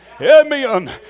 Amen